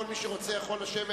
כל מי שרוצה יכול לשבת,